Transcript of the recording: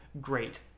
great